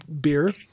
beer